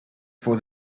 for